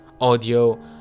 audio